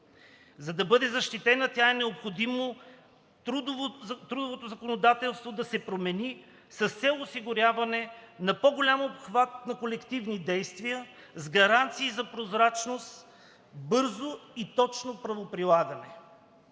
За да бъде защитена тя, е необходимо трудовото законодателство да се промени с цел осигуряване на по-голям обхват на колективни действия с гаранции за прозрачност, бързо и точно правоприлагане.